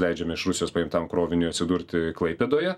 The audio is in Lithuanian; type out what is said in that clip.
leidžiame iš rusijos paimtam kroviniui atsidurti klaipėdoje